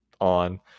on